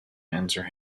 answer